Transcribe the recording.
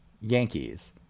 Yankees